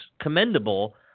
commendable